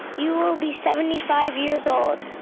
you will be seventy five years old